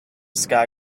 sky